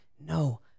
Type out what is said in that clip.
no